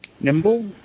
Nimble